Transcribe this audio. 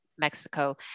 Mexico